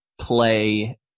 play